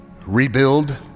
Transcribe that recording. rebuild